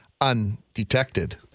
undetected